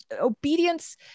obedience